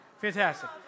fantastic